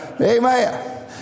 Amen